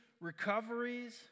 recoveries